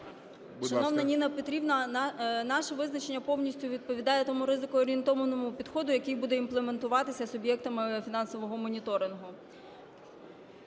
Шановна Ніна Петрівна, наше визначення повністю відповідає тому ризик-орієнтованому підходу, який буде імплементуватися суб'єктами фінансового моніторингу.